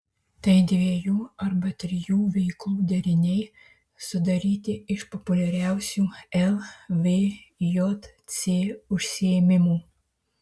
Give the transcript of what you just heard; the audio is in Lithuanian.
tai dviejų arba trijų veiklų deriniai sudaryti iš populiariausių lvjc užsiėmimų